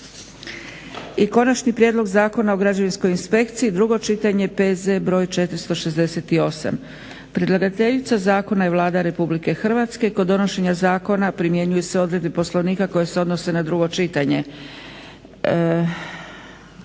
- Konačni prijedlog Zakona o građevinskoj inspekciji, drugo čitanje, P.Z. br. 468. Predlagateljica Zakona je Vlada RH. Kod donošenja Zakona primjenjuju se odredbe poslovnika koje se odnose na drugo čitanje.